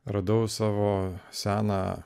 radau savo seną